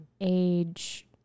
age